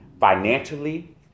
Financially